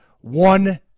one